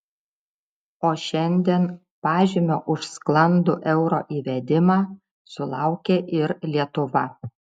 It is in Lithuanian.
o šiandien pažymio už sklandų euro įvedimą sulaukė ir lietuva